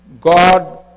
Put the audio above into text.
God